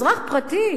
אזרח פרטי,